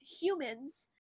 humans